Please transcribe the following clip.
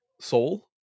soul